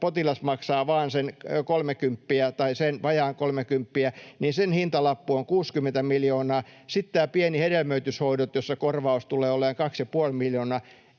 potilas maksaa vain sen vajaan kolmekymppiä, niin sen hintalappu on 60 miljoonaa. Sitten on tämä pieni, hedelmöityshoidot, jossa korvaus tulee olemaan kaksi ja